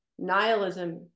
nihilism